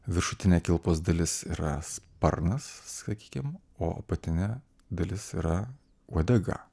viršutinė kilpos dalis yra sparnas sakykim o apatinė dalis yra uodega